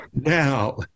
now